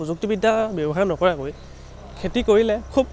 প্ৰযুক্তিবিদ্যা ব্যৱসায় নকৰাকৈ খেতি কৰিলে খুব